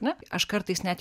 na aš kartais net